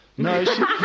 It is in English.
No